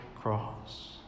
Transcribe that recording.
cross